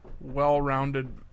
well-rounded